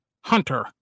Hunter